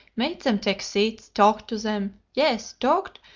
made them take seats, talked to them yes, talked,